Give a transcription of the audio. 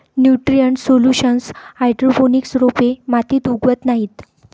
nutrient solution hydroponics रोपे मातीत उगवत नाहीत